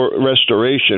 restoration